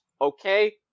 okay